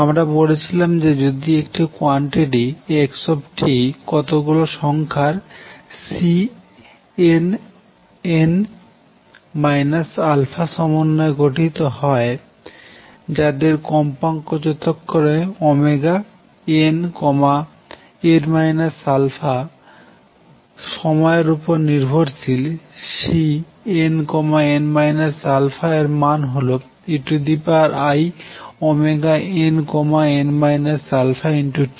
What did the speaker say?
আমরা বলেছিলাম যে যদি একটি কোয়ান্টিটি x কতগুলি সংখ্যার Cnn α সমন্বয়ে গঠিত যাদের কম্পাঙ্ক যথাক্রমে nn α সময় এর উপর নির্ভরশীল Cnn α এরমান হল einn αt